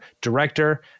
director